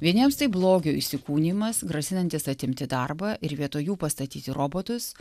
vieniems tai blogio įsikūnijimas grasinantis atimti darbą ir vietoj jų pastatyti robotus